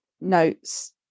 notes